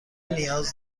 نیاز